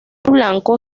blanco